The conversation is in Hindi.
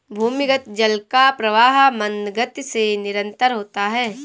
भूमिगत जल का प्रवाह मन्द गति से निरन्तर होता है